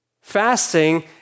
Fasting